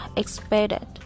expected